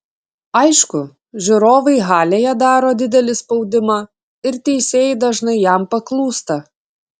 aišku žiūrovai halėje daro didelį spaudimą ir teisėjai dažnai jam paklūsta